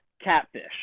catfish